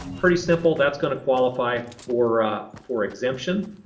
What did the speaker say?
pretty simple, that's gonna qualify for for exemption.